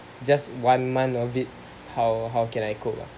just one month of it how how can I cope lah